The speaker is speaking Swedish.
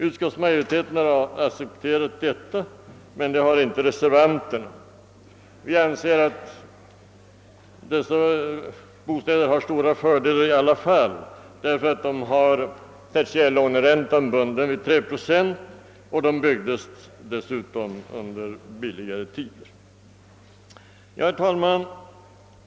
Utskottsmajoriteten har accepterat detta, men det har inte reservanterna gjort. Vi anser att dessa bostäder har stora fördelar i alla fall, därför att de har tertiärlåneräntan bunden vid 3 procent, och de byggdes dessutom under billigare tider. Herr talman!